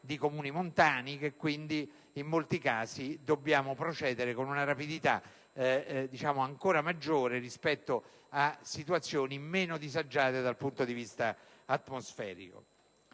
di comuni montani e che quindi in molti casi si deve procedere con una rapidità ancora maggiore rispetto a situazioni meno disagiate dal punto di vista atmosferico.